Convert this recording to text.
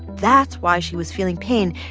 that's why she was feeling pain,